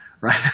Right